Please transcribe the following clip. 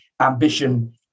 ambition